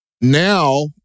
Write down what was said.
now